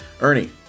Ernie